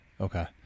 okay